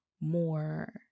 more